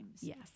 Yes